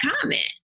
comment